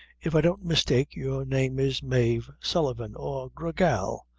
if i don't mistake, your name is mave sullivan, or gra gal,